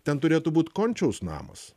ten turėtų būt končiaus namas